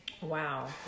Wow